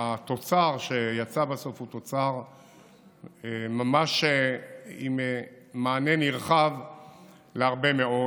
התוצר שיצא בסוף הוא תוצר ממש עם מענה נרחב להרבה מאוד.